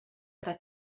per